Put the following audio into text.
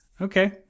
Okay